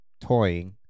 toying